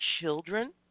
children